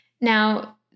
Now